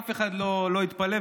אף אחד לא יתפלא,